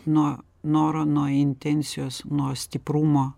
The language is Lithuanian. nuo noro nuo intencijos nuo stiprumo